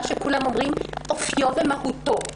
שכולם אומרים: "אופיו ומהותו של תפקיד".